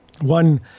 One